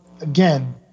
again